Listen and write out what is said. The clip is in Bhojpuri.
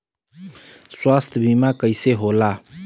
स्वास्थ्य बीमा कईसे होला?